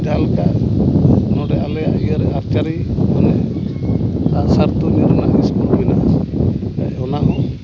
ᱟᱨ ᱱᱚᱰᱮ ᱟᱞᱮᱭᱟᱜ ᱤᱭᱟᱹᱨᱮ ᱟᱨᱪᱟᱨᱤ ᱢᱟᱱᱮ ᱟᱸᱜᱼᱥᱟᱨ ᱛᱩᱧ ᱨᱮᱱᱟᱜ ᱤᱥᱠᱩᱞ ᱢᱮᱱᱟᱜᱼᱟ ᱚᱱᱟᱦᱚᱸ